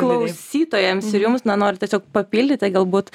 klausytojams ir jums na noriu tiesiog papildyti galbūt